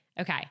Okay